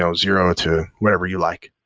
um zero to whatever you like.